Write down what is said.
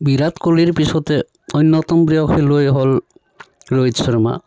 বিৰাট ক'হলীৰ পিছতে অন্যতম প্ৰিয় খেলুৱৈ হ'ল ৰোহিত শৰ্মা